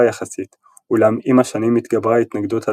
יחסית אולם עם השנים התגברה ההתנגדות הלבנונית,